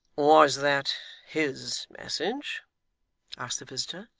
was that his message asked the visitor,